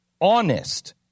honest